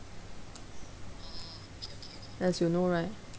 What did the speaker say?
as you know right